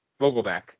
Vogelback